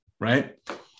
right